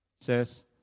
says